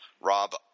Rob